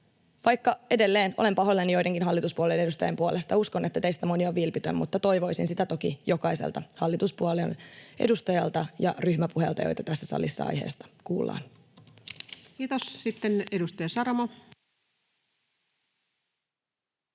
Vaikka edelleen olen pahoillani joidenkin hallituspuolueiden edustajien puolesta ja uskon, että teistä moni on vilpitön, niin toivoisin sitä toki jokaiselta hallituspuolueiden edustajalta ja ryhmäpuheelta, joita tässä salissa aiheesta kuullaan. [Speech 170] Speaker: